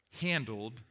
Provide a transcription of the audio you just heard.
handled